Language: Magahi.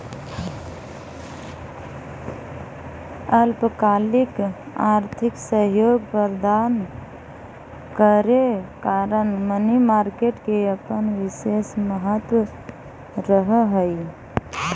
अल्पकालिक आर्थिक सहयोग प्रदान करे कारण मनी मार्केट के अपन विशेष महत्व रहऽ हइ